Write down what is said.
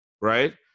right